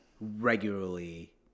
regularly